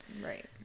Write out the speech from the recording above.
right